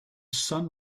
sun